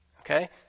Okay